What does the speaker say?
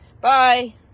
Bye